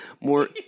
more